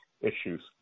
issues